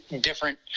different